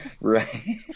right